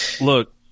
Look